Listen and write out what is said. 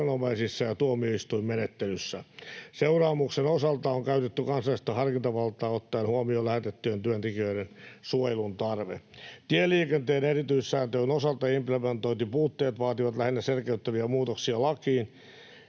ja tuomioistuinmenettelyssä. Seuraamuksen osalta on käytetty kansallista harkintavaltaa ottaen huomioon lähetettyjen työntekijöiden suojelun tarve. Tieliikenteen erityissääntelyn osalta implementointipuutteet vaativat lähinnä selkeyttäviä muutoksia lakiin.